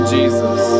Jesus